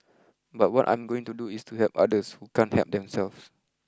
but what I'm going to do is to help others who can't help themselves